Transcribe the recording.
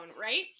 right